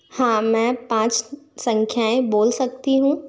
हाँ मैं पाँच संख्याएं बोल सकती हूँ